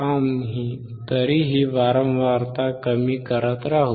आम्ही तरीही वारंवारता कमी करत राहू